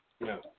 No